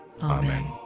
Amen